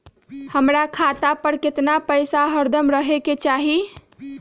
हमरा खाता पर केतना पैसा हरदम रहे के चाहि?